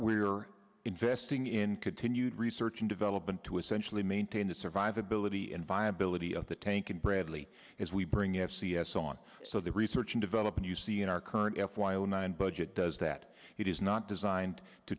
we're investing in continued research and development to essentially maintain the survivability in viability of the tank and bradley as we bring f c s on so the research and development you see in our current f y o nine budget does that it is not designed to